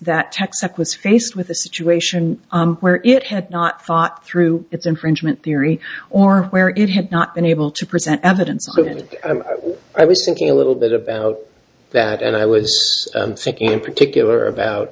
that texaco was faced with a situation where it had not thought through its infringement theory or where it had not been able to present evidence of and i was thinking a little bit about that and i was thinking in particular about